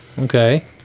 Okay